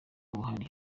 buhari